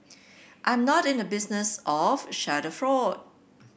I'm not in the business of schadenfreude